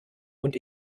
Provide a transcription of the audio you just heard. und